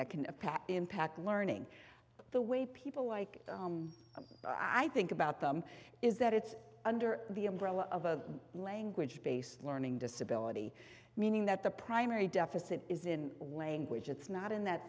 that can pack impact learning the way people like i think about them is that it's under the umbrella of a language based learning disability meaning that the primary deficit is in language it's not in that